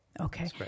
Okay